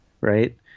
right